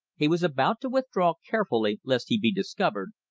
he was about to withdraw carefully lest he be discovered,